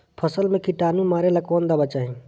फसल में किटानु मारेला कौन दावा चाही?